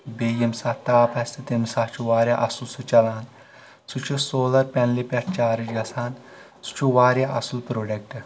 بییٚہِ ییٚمہِ ساتہٕ تاف آسہِ تمہِ ساتہٕ چھُ واریاہ اصٕل سُہ چلان سُہ چھُ سولر پیٚنلہِ پٮ۪ٹھ چارٕج گژھان سُہ چھُ واریاہ اصٕل پروڈکٹہٕ